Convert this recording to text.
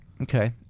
Okay